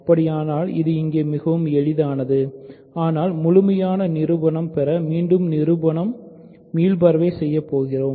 அப்படியானால் இது இங்கே மிகவும் எளிதானது ஆனால் முழுமையான நிரூபணம் பெற மீண்டும் நிரூபணம் மீள்பார்வை செய்ய போகிறேன்